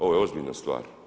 Ovo je ozbiljna stvar.